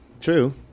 True